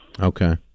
Okay